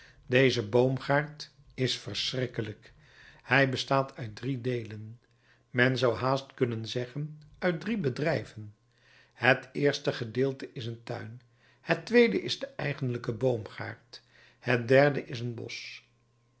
deze boomgaard is verschrikkelijk hij bestaat uit drie deelen men zou haast kunnen zeggen uit drie bedrijven het eerste gedeelte is een tuin het tweede is de eigenlijke boomgaard het derde is een bosch